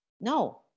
no